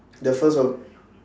the first of